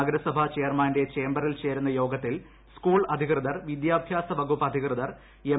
നഗരസഭാ ചെയർമാന്റെ ചേമ്പറിൽ ചേരുന്ന യോഗത്തിൽ സ് കൂൾ അധികൃതർ വിദ്യാഭ്യാസ വകുപ്പ് അധികൃതർ എം